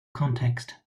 context